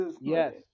Yes